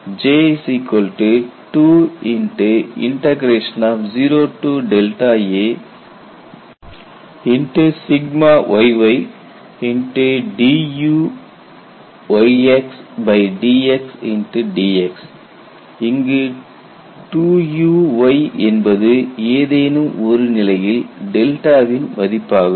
J20ayyduydxdx இங்கு 2Uy என்பது ஏதேனும் ஒரு நிலையில் வின் மதிப்பாகும்